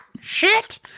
Shit